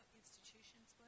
institutions